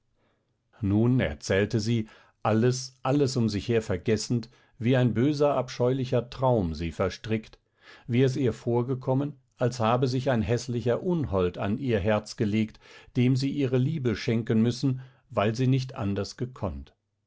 nun erzählte sie alles alles um sich her vergessend wie ein böser abscheulicher traum sie verstrickt wie es ihr vorgekommen als habe sich ein häßlicher unhold an ihr herz gelegt dem sie ihre liebe schenken müssen weil sie nicht anders gekonnt